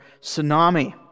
tsunami